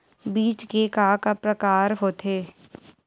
बीज के का का प्रकार होथे?